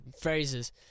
phrases